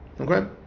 Okay